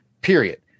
Period